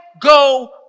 go